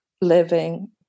living